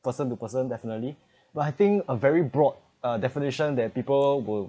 person to person definitely but I think a very broad uh definition that people were